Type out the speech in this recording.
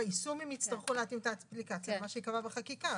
ביישום הם יצטרכו להתאים את האפליקציה למה שייקבע בחקיקה.